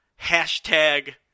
Hashtag